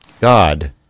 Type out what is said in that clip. God